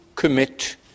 commit